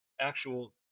actual